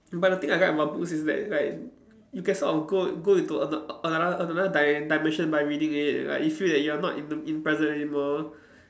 but the thing I like about books is that like you can sort of go go into ano~ another another di~ dimension by reading it like you feel that you are not in in present anymore